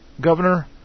Governor